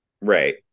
Right